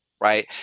Right